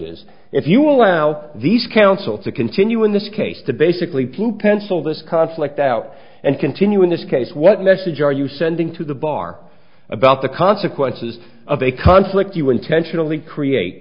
is if you allow these councils to continue in this case to basically plu pencil this conflict out and continue in this case what message are you sending to the bar about the consequences of a conflict you intentionally create